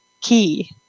key